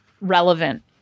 relevant